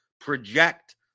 project